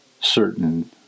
certain